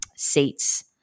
seats